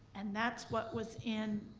and that's what was in,